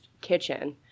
kitchen